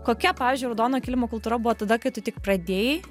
kokia pavyzdžiui raudonojo kilimo kultūra buvo tada kai tu tik pradėjai